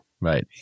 right